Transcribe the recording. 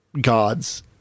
gods